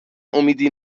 امیدی